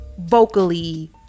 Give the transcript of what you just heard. vocally